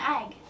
egg